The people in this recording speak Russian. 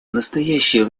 настоящее